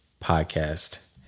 Podcast